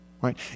Right